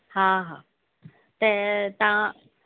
हा हा त तव्हां